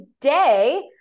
today